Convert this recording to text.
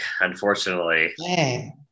unfortunately